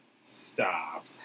Stop